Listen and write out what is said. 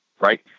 right